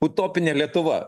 utopinė lietuva